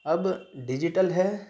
اب ڈیجیٹل ہے